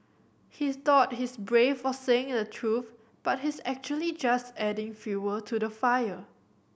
he thought he's brave for saying the truth but he's actually just adding fuel to the fire